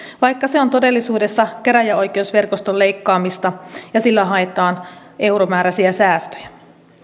vaikka se on todellisuudessa käräjäoikeusverkoston leikkaamista ja sillä haetaan euromääräisiä säästöjä